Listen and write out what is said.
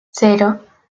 cero